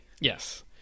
yes